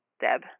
Deb